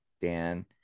dan